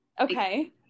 okay